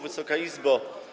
Wysoka Izbo!